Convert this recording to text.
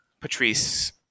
Patrice